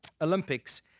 Olympics